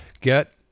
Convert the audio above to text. Get